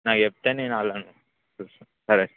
నాకు చెప్తే నేను వాళ్ళను చూస్తాను సరే సార్